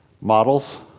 Models